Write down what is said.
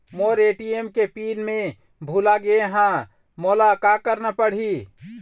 मोर ATM के PIN मैं भुला गैर ह, मोला का करना पढ़ही?